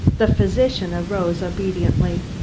the physician arose obediently.